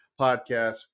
podcast